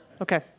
Okay